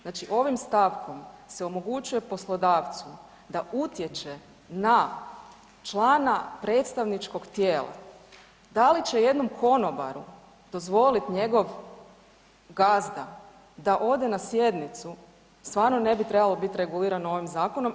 Znači ovim stavkom se omogućuje poslodavcu da utječe na člana predstavničkog tijela da li će jednom konobaru dozvoliti njegov gazda da ode na sjednicu stvarno ne bi trebalo biti regulirano ovim zakonom.